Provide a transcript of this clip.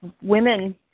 women